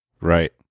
Right